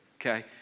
Okay